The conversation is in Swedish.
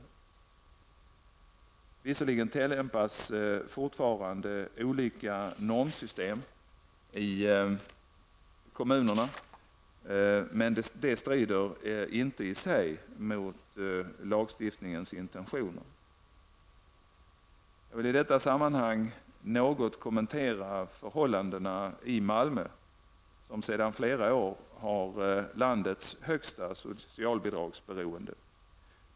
Visserligen tillämpas fortfarande olika normsystem i kommunerna, men det strider inte i sig mot lagstiftningens intentioner. Jag vill i detta sammanhang något kommentera förhållandena i Malmö, som sedan flera år har landets högsta socialbidragsberoende.